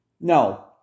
no